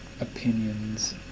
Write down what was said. Opinions